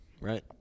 right